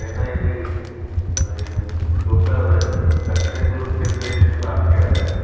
तहिना यदि दोसर दक्षिणी ध्रुवक देशके बात कयल जाय